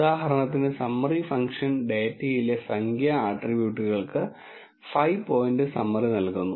ഉദാഹരണത്തിന് summary function ഡാറ്റയിലെ സംഖ്യാ ആട്രിബ്യൂട്ടുകൾക്ക് 5 പോയിന്റ് സമ്മറി നൽകുന്നു